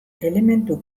elementu